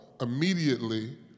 immediately